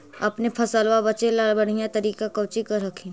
अपने फसलबा बचे ला बढ़िया तरीका कौची कर हखिन?